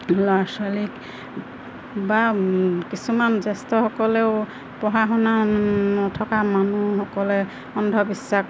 ল'ৰা ছোৱালীক বা কিছুমান জেষ্ঠসকলেও পঢ়া শুনা নথকা মানুহসকলে অন্ধবিশ্বাস